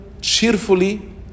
cheerfully